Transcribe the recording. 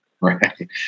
Right